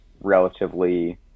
relatively